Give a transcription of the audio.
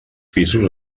pisos